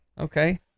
Okay